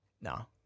no